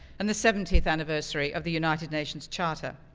and the seventieth anniversary of the united nations charter.